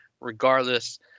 Regardless